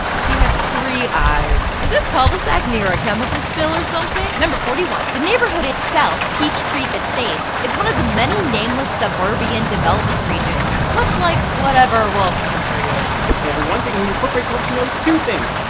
she has three eyes. is this cul de sac near a chemical spill or something? number forty one. the neighborhood itself, peach creek estates, is one of the many nameless suburban development regions, much like whatever rolf's country is. hey everyone. taking a quick break to let you know two things.